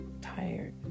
tired